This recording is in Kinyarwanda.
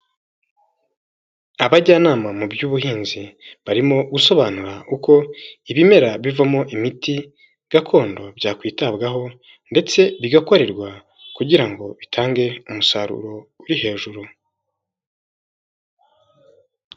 Abajyanama mu by'ubuhinzi barimo gusobanura uko ibimera bivamo imiti gakondo byakwitabwaho ndetse bigakorerwa kugira ngo bitange umusaruro uri hejuru.